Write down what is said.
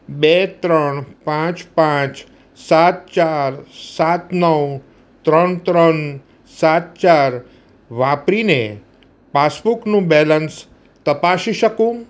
બે ત્રણ પાંચ પાંચ સાત ચાર સાત નવ ત્રણ ત્રણ સાત ચાર વાપરીને પાસબુકનું બેલેન્સ તપાસી શકું